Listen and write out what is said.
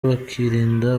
bakirinda